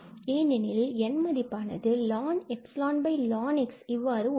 ஏனெனில் இந்த N மதிப்பானது Ln𝜖ln𝑥 இவ்வாறு உள்ளது